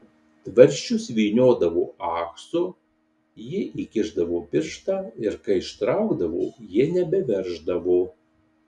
tvarsčius vyniodavo ahsu ji įkišdavo pirštą ir kai ištraukdavo jie nebeverždavo